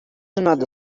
another